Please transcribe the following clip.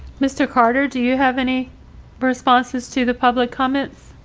mr. carter, do you have any responses to the public comments?